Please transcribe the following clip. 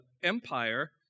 empire